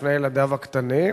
לפני ילדיו הקטנים,